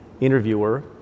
interviewer